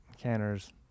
Canner's